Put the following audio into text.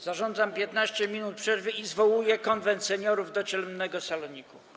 Zarządzam 15-minutową przerwę i zwołuję Konwent Seniorów w ciemnym saloniku.